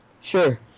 Sure